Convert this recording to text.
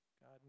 God